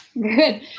Good